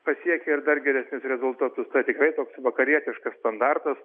pasiekė ir dar geresnius rezultatus tai tikrai toks vakarietiškas standartas